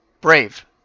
Brave